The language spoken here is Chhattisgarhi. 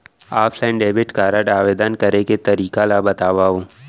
ऑफलाइन डेबिट कारड आवेदन करे के तरीका ल बतावव?